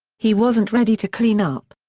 he wasn't ready to clean up.